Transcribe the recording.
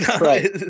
right